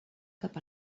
cap